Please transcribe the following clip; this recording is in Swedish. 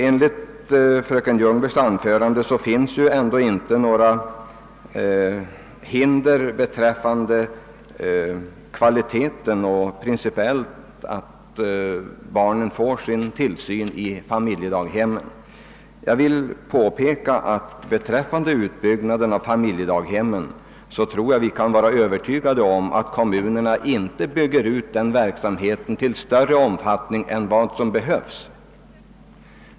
Enligt fröken Ljungberg finns ändå inte några principiella hinder eller betänkligheter beträffande kvaliteten för barntillsyn i familjedaghem. Jag tror att vi kan vara övertygade om att kommunerna inte bygger ut familjedaghemsverksamheten till större omfattning än vad som behövs.